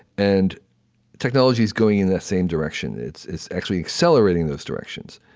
and technology is going in that same direction it's it's actually accelerating those directions.